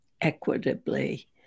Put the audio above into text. equitably